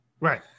Right